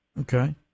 Okay